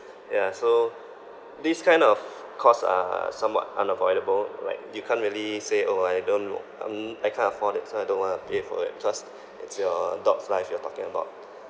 yeah so these kind of costs are somewhat unavoidable like you can't really say orh I don't know um I can't afford it so I don't want to pay for it because it's your dog's life you're talking about